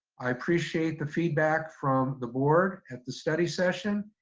i appreciate the feedback from the board at the study session.